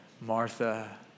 Martha